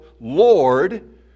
Lord